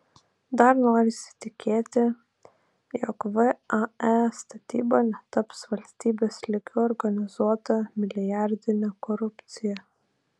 dar norisi tikėti jog vae statyba netaps valstybės lygiu organizuota milijardine korupcija